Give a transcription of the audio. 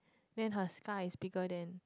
then her scar is bigger than